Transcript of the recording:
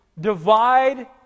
divide